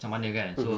macam mana kan so